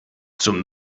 zum